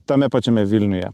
tame pačiame vilniuje